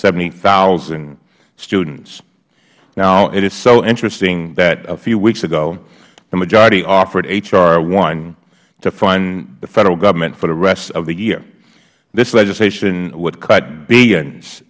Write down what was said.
seventy thousand students now it is so interesting that a few weeks ago the majority offered h r one to fund the federal government for the rest of the year this legislation would cut billions